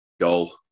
goal